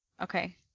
Okay